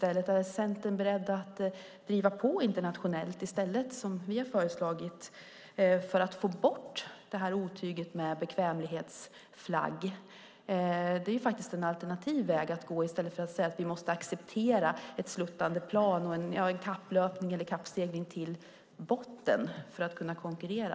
Är ni i Centern beredda att driva på internationellt, som vi har föreslagit, för att få bort otyget med bekvämlighetsflagg? Det är en alternativ väg att gå i stället för att säga att vi måste acceptera ett sluttande plan och en kappsegling till botten för att kunna konkurrera.